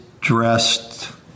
dressed